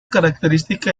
característica